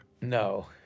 No